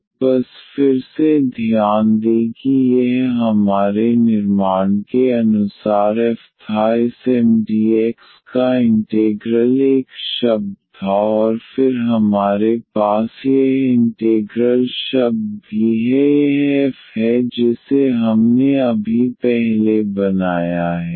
तो बस फिर से ध्यान दें कि यह हमारे निर्माण के अनुसार f था इस Mdx का इंटेग्रल एक शब्द था और फिर हमारे पास यह इंटेग्रल शब्द भी है यह f है जिसे हमने अभी पहले बनाया है